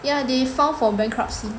yeah they filed for bankruptcy